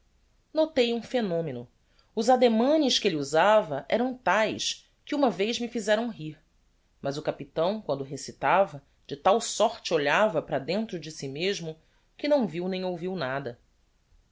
notei um phenomeno os ademanes que elle usava eram taes que uma vez me fizeram rir mas o capitão quando recitava de tal sorte olhava para dentro de si mesmo que não viu nem ouviu nada